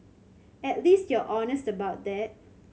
at least you're honest about that